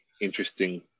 interesting